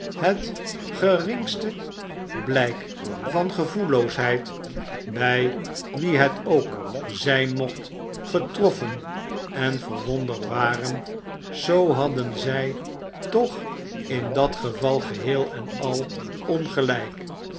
het geringste blijk van gevoelloosheid bij wien het ook zijn mocht getroffen en verwonderd waren zoo hadden zij toch in dat geval geheel en al ongelijk